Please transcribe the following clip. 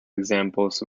examples